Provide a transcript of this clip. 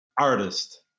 artist